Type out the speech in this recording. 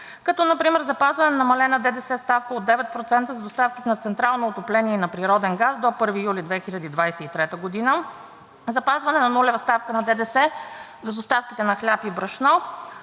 като например запазване на намалена ДДС ставка от 9% за доставките на централно отопление на природен газ до 1 юли 2023 г., запазване на нулева ставка на ДДС за доставките на хляб и брашно